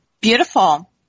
Beautiful